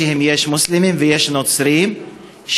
יש מוסלמים ויש נוצרים,